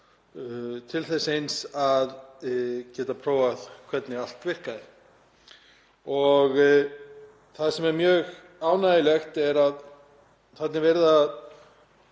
til þess eins að geta prófað hvernig allt virkaði. Það sem er mjög ánægjulegt er að þarna er